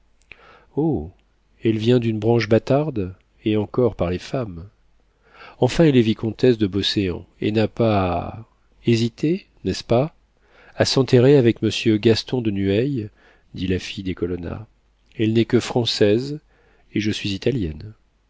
elle vient d'une branche bâtarde et encore par les femmes enfin elle est vicomtesse de beauséant et n'a pas hésité n'est-ce pas à s'enterrer avec monsieur gaston de nueil dit la fille des colonna elle n'est que française et je suis italienne